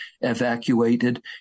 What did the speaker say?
evacuated